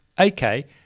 okay